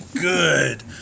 good